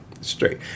straight